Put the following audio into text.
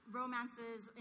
romances